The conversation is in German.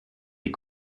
die